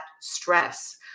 stress